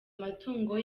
amatungo